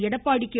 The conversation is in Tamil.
எடப்பாடி கே